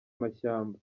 amashyamba